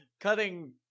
cutting